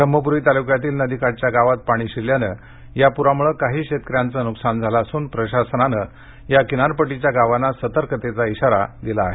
ब्रम्हप्री तालुक्यातील नदीकाठच्या गावात पाणी शिरल्यामुळे या प्रामुळे काही शेतकऱ्यांचे नुकसान झाले असून प्रशासनाने या किनारपट्टीच्या गावांना सतर्कतेचा इशारा दिला आहेत